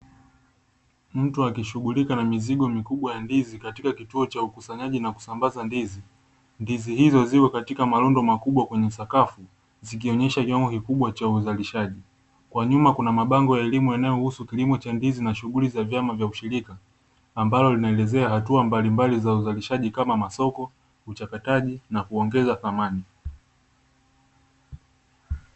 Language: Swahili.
Mtu akishughulika na mizigo mikubwa ya ndizi katika kituo cha ukusanyaji na kusambaza ndizi, ndizi hizo zipo katika marundo makubwa kwenye sakafu zikionyesha kiwangu kikubwa cha uzalishaji. Kwa nyuma kuna mabango yanayohusu kilimo cha ndizi na shughuli za vyama vya ushirika ambalo linaelezea hatua mbalimbali wa uzalishaji kama masoko, uchakataji na kuongeza thamani.